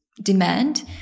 demand